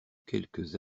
quelques